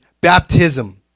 Baptism